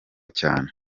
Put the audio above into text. cyane